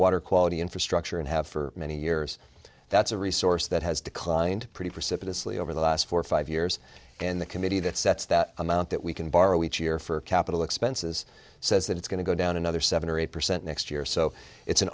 water quality infrastructure and have for many years that's a resource that has declined pretty precipitously over the last four five years and the committee that sets that amount that we can borrow each year for capital expenses says that it's going to go down another seven or eight percent next year so it's an